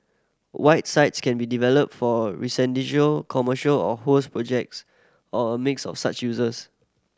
white sites can be developed for residential commercial or who's projects or a mix of such useers